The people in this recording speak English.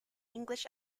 english